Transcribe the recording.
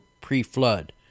pre-flood